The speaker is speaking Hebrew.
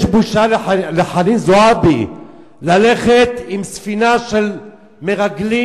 יש בושה לחנין זועבי ללכת עם ספינה של מרגלים,